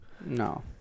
No